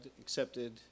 accepted